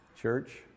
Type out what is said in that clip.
Church